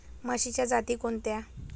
म्हशीच्या जाती कोणत्या?